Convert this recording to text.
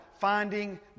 finding